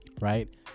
right